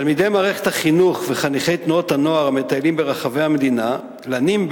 תלמידי מערכת החינוך וחניכי תנועות הנוער המטיילים ברחבי המדינה לנים,